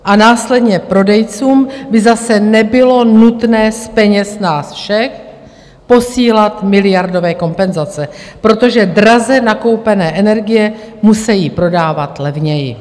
A následně prodejcům by zase nebylo nutné z peněz nás všech posílat miliardové kompenzace, protože draze nakoupené energie musejí prodávat levněji.